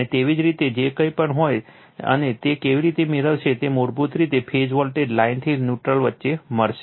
અને તેવી જ રીતે જે કંઈ પણ હોય અને તે કેવી રીતે મેળવશે તે મૂળભૂત રીતે ફેઝ વોલ્ટેજ લાઇન થી ન્યુટ્રલ વચ્ચે મળશે